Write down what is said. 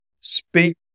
speak